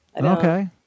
Okay